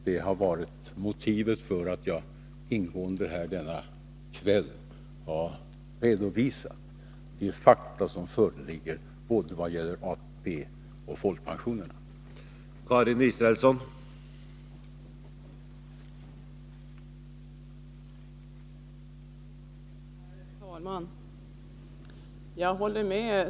Det har varit motivet för att jag denna kväll ingående har redovisat de fakta som föreligger både vad gäller ATP och vad gäller folkpensionerna.